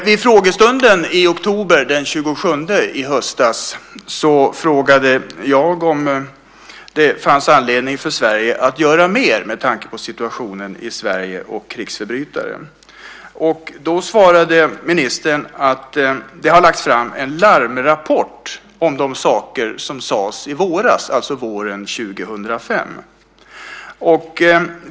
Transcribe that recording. Vid frågestunden den 27 oktober i höstas frågade jag om det fanns anledning för Sverige att göra mer med tanke på situationen i Sverige och krigsförbrytare. Då svarade ministern att det har lagts fram en larmrapport om de saker som sades i våras, alltså våren 2005.